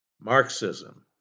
Marxism